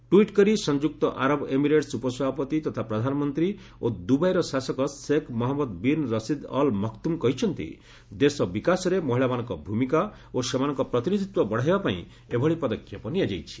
tweet କରି ସଂଯୁକ୍ତ ଆରବ ଏମିରେଟ୍ସ ଉପସଭାପତି ତଥା ପ୍ରଧାନମନ୍ତ୍ରୀ ଓ ଦୁବାଇର ଶାସକ Sheikh Mohammed bin Rashid Al Maktoum କହିଛନ୍ତି ଦେଶ ବିକାଶରେ ମହିଳାମାନଙ୍କ ଭୂମିକା ଓ ସେମାନଙ୍କ ପ୍ରତିନିଧିତ୍ୱ ବଢ଼ାଇବା ପାଇଁ ଏଭଳି ପଦକ୍ଷେପ ନିଆଯାଇଛି